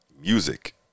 music